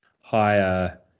higher